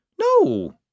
No